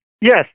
Yes